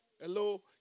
Hello